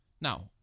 Now